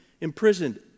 imprisoned